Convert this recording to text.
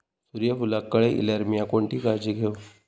सूर्यफूलाक कळे इल्यार मीया कोणती काळजी घेव?